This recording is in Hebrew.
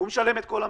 הוא משלם את כל המחיר,